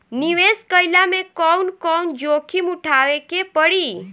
निवेस कईला मे कउन कउन जोखिम उठावे के परि?